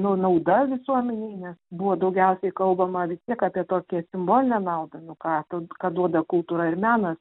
nau nauda visuomenei nes buvo daugiausiai kalbama vis tiek apie tokią simbolinę naudą nu ką tu ką duoda kultūra ir menas